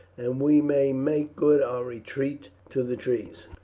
and we may make good our retreat to the trees.